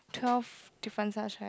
twelve differences right